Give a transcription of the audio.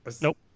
Nope